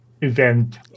event